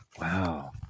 Wow